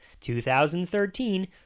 2013